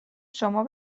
شما